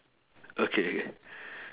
okay okay